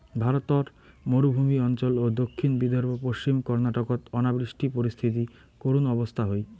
ভারতর মরুভূমি অঞ্চল ও দক্ষিণ বিদর্ভ, পশ্চিম কর্ণাটকত অনাবৃষ্টি পরিস্থিতি করুণ অবস্থা হই